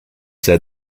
said